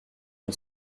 une